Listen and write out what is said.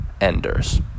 Enders